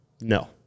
no